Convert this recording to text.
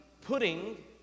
putting